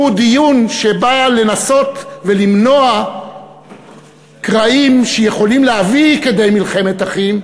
הוא דיון שבא לנסות ולמנוע קרעים שיכולים להביא כדי מלחמת אחים,